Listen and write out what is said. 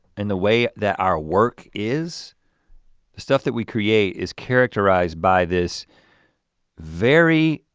and the way that our work is, the stuff that we create is characterized by this very,